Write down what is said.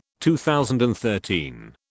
2013